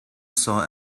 saw